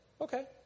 Okay